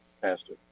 pastor